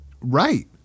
Right